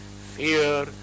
fear